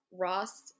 Ross